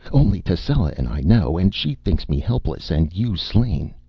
only tascela and i know, and she thinks me helpless and you slain.